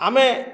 ଆମେ